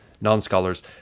non-scholars